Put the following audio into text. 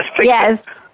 Yes